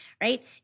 right